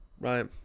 Right